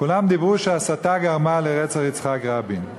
כולם אמרו שהסתה גרמה לרצח יצחק רבין.